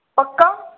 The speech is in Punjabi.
ਪੱਕਾ